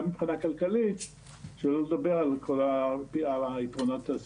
זה לטובת המשק גם מבחינה כלכלית,